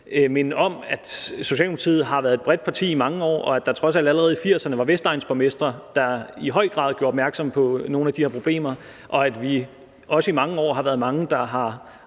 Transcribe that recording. minde om, at Socialdemokratiet har været et bredt parti i mange år, og at der trods alt allerede i 1980'erne var vestegnsborgmestre, der i høj grad gjorde opmærksom på nogle af de her problemer, og at vi også i mange år har været mange, der har